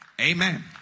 Amen